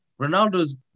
Ronaldo's